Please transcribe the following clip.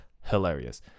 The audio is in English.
hilarious